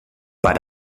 per